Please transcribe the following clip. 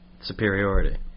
superiority